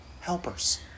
helpers